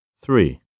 Three